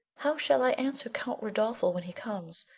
how shall i answer count rodolpho when he comes?